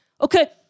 Okay